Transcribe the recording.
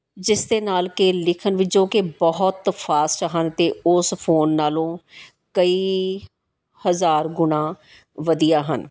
ਜਿਸ ਦੇ ਨਾਲ ਕਿ ਲਿਖਣ ਵਿੱਚ ਜੋ ਕਿ ਬਹੁਤ ਫਾਸਟ ਹਨ ਅਤੇ ਉਸ ਫੋਨ ਨਾਲੋਂ ਕਈ ਹਜ਼ਾਰ ਗੁਣਾ ਵਧੀਆ ਹਨ